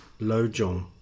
Lojong